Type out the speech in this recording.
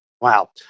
Wow